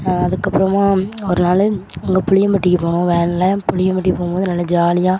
அதுக்கப்புறமா ஒரு நாள் நாங்கள் புளியம்பட்டிக்கு போனோம் வேனில் புளியம்பட்டிக்கு போகும்போது நல்ல ஜாலியாக